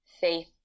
faith